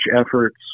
efforts